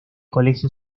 colegio